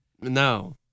No